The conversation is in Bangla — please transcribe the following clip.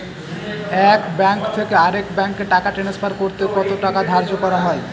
এক ব্যাংক থেকে আরেক ব্যাংকে টাকা টান্সফার করতে কত টাকা ধার্য করা হয়?